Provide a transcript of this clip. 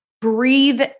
breathe